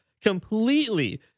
completely